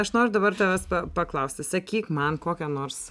aš noriu dabar tavęs paklausti sakyk man kokią nors